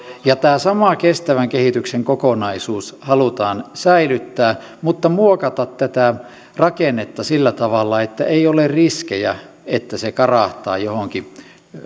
tämä sama kestävän kehityksen kokonaisuus halutaan säilyttää mutta muokata tätä rakennetta sillä tavalla että ei ole riskejä että se karahtaa